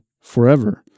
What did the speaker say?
forever